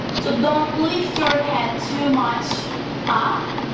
so don't lift your head too much ah